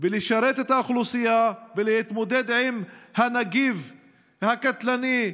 בלשרת את האוכלוסייה ולהתמודד עם הנגיף הקטלני,